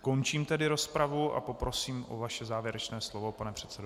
Končím tedy rozpravu a poprosím o vaše závěrečné slovo, pane předsedo.